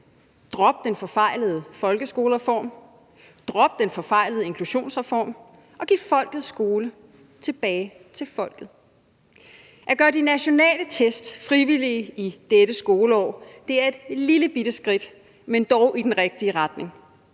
Drop den forfejlede folkeskolereform, drop den forfejlede inklusionsreform, og giv folkets skole tilbage til folket. At gøre de nationale test frivillige i dette skoleår er et lillebitte skridt, men dog et skridt i den rigtige retning,